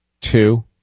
two